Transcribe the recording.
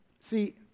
See